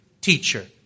teacher